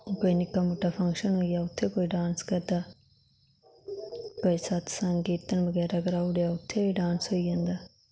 निक्का मुट्टा पंक्शन होई गेआ उत्थें कोई डांस करदा कोई सतसंग कीर्तन कराई ओड़ेआ उत्थें बी डांस होई जंदा